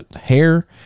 hair